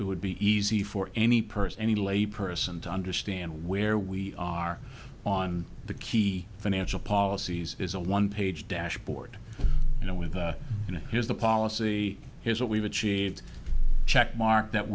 would be easy for any person any lay person to understand where we are on the key financial policies is a one page dashboard you know with you know here's the policy here's what we've achieved checkmark that